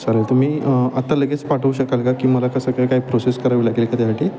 चालेल तुम्ही आत्ता लगेच पाठवू शकाल का की मला कसं काय काय प्रोसेस करावी लागेल का त्यासाठी